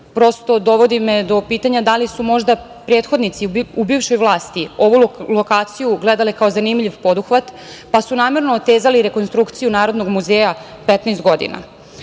Prosto dovodi me do pitanja da li su možda prethodnici u bivšoj vlasti ovu lokaciju gledali kao zanimljiv poduhvat, pa su namerno otezali rekonstrukciju Narodnog muzeja 15 godina.U